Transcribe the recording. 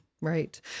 Right